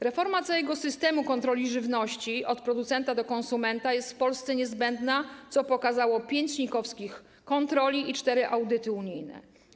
Reforma całego systemu kontroli żywności - od producenta do konsumenta - jest w Polsce niezbędna, co pokazało pięć kontroli NIK i cztery audyty unijne.